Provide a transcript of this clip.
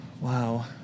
Wow